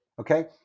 okay